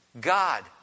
God